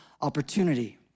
opportunity